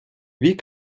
wie